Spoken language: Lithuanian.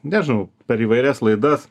nežinau per įvairias laidas